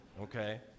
okay